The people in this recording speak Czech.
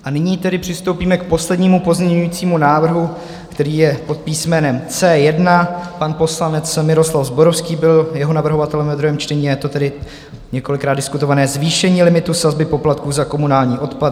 A nyní tedy přistoupíme k poslednímu pozměňovacímu návrhu, který je pod písmenem C1, pan poslanec Miroslav Zborovský je jeho navrhovatelem ve druhém čtení, a je to tedy několikrát diskutované zvýšení limitu sazby poplatků za komunální odpad.